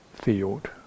Field